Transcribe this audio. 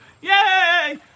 Yay